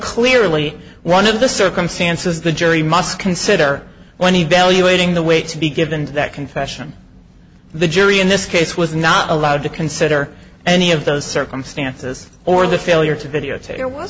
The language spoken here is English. clearly one of the circumstances the jury must consider when evaluating the weight to be given to that confession the jury in this case was not allowed to consider any of those circumstances or the failure to videotape